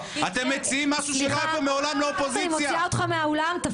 אתם מציעים משהו- -- תפסיק.